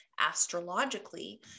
astrologically